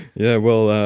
yeah well,